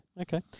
Okay